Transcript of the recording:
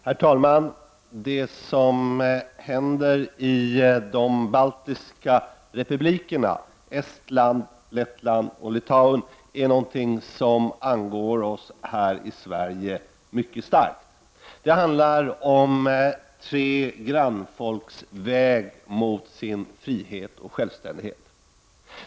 Herr talman! Det som händer i de baltiska republikerna Estland, Lettland och Litauen är någonting som angår oss här i Sverige mycket starkt. Det handlar om tre grannfolks väg mot sin frihet och självständighet.